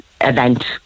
event